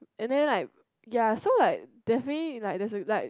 and then like ya so like definitely like there's like